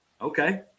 okay